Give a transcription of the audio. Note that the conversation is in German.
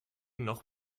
noch